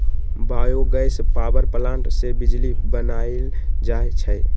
bio gas power plant से बिजली बनाएल जाइ छइ